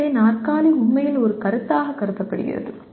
எனவே நாற்காலி உண்மையில் ஒரு கருத்தாக கருதப்படுகிறது